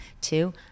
two